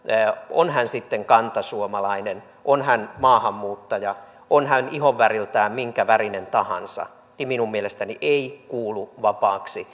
on hän sitten kantasuomalainen on hän maahanmuuttaja on hän ihonväriltään minkä värinen tahansa minun mielestäni ei kuulu vapaaksi